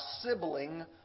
sibling